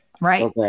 Right